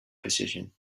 position